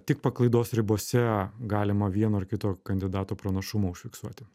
tik paklaidos ribose galima vieno ar kito kandidato pranašumą užfiksuoti